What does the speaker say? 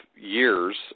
years